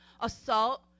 assault